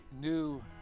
new